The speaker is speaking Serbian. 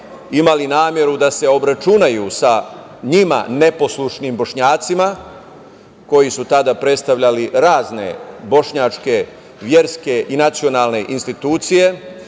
imao nameru da se obračuna sa njima neposlušnim Bošnjacima, koji je tada predstavljali razne bošnjačke, verske i nacionalne institucije. Mi